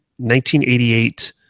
1988